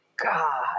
God